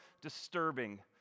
disturbing